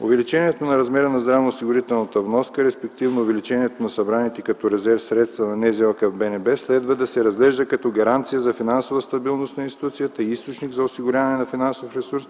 Увеличението на размера на здравноосигурителната вноска, респективно увеличението на събраните като резерв средства на НЗОК в БНБ, следва да се разглежда като гаранция за финансова стабилност на институцията, източник за осигуряване на финансов ресурс